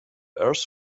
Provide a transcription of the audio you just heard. ارث